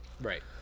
right